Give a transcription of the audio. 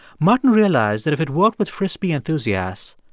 martin realized that if it worked with frisbee enthusiasts,